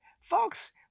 folks